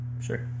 sure